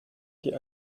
die